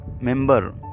member